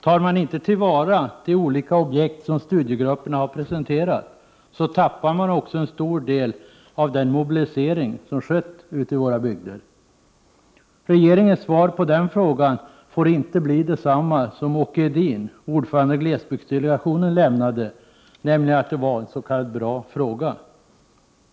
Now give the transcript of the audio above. Tar man inte till vara de olika objekt som studiegrupperna har presenterat, tappar man också en stor del av den mobilisering som skett ute i våra bygder. Regeringens svar på den frågan får inte bli densamma som Åke Edin — ordförande i glesbygdsdelegationen — lämnade, nämligen att det var en s.k. bra fråga.